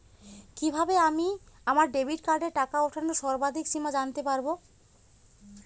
কিভাবে আমি আমার ডেবিট কার্ডের টাকা ওঠানোর সর্বাধিক সীমা জানতে পারব?